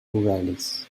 rurales